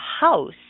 house